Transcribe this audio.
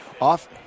off